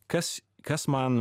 kas kas man